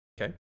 Okay